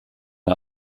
der